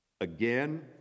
again